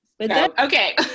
Okay